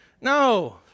No